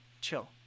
chill